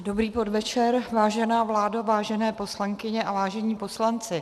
Dobrý podvečer, vážená vládo, vážené poslankyně a vážení poslanci.